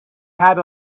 had